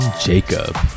jacob